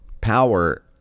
power